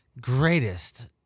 greatest